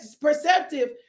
perceptive